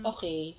Okay